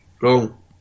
Wrong